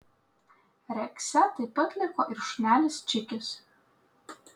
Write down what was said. rekse taip pat liko ir šunelis čikis